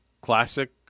Classic